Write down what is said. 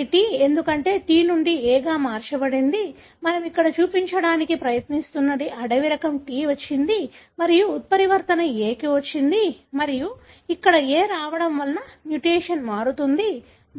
ఇది T ఎందుకంటే T నుండి A గా మార్చబడింది కాబట్టి మనం ఇక్కడ చూపించడానికి ప్రయత్నిస్తున్నది అడవి రకం T వచ్చింది మరియు ఉత్పరివర్తన A కి వచ్చింది మరియు ఇక్కడ A రావడం వలన మ్యుటేషన్ మారుతుంది